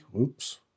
Oops